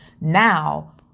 now